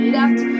left